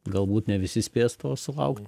galbūt ne visi spės sulaukt